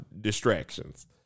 distractions